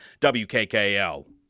WKKL